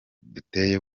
dufite